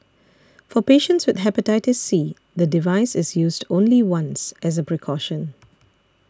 for patients with Hepatitis C the device is used only once as a precaution